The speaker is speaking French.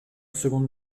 secondes